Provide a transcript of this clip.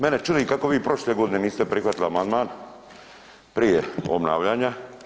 Mene čudi kako vi prošle godine niste prihvatili amandman prije obnavljanja.